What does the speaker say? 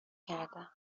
کردم